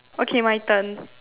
okay my turn